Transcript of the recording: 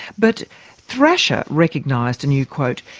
but thrasher recognised, and you quote,